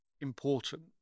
important